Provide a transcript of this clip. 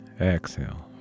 exhale